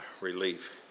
relief